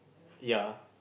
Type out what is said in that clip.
ya